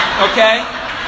Okay